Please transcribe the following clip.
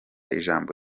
ijambo